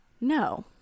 No